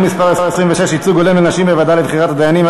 מס' 26) (ייצוג הולם לנשים בוועדה לבחירת דיינים),